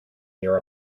near